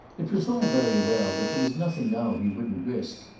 it was all very well, but there was nothing now he wouldn't risk.